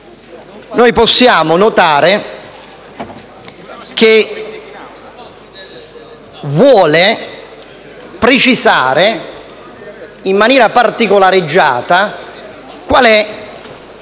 possiamo notare che esso precisa in maniera particolareggiata qual è